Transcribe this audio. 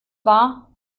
wahr